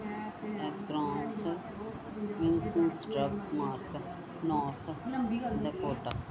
ਅ France ਇੰਸਸਟ੍ਰੱਗ mark north ਦਾ quota